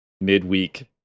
midweek